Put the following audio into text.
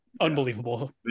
unbelievable